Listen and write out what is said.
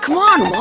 c'mon, mom!